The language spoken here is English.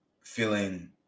feeling